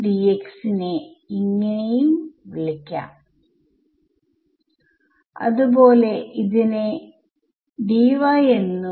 ഗ്രിഡ്ന്റെ വലുപ്പം അത്പോലെ നിലനിൽക്കുന്നു